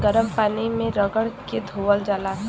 गरम पानी मे रगड़ के धोअल जाला